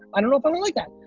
i don't know if i will like